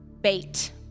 bait